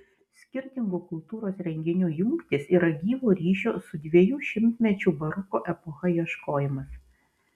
skirtingų kultūros renginių jungtys yra gyvo ryšio su dviejų šimtmečių baroko epocha ieškojimas